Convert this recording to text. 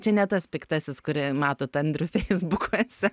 čia ne tas piktasis kurį matot andrių feisbukuose